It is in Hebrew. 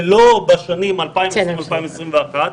ולא בשנים 2020-2021,